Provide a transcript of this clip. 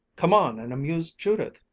come on and amuse judith.